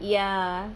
ya